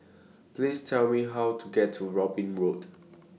Please Tell Me How to get to Robin Road